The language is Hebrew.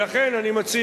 לכן אני מציע,